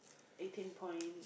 eighteen point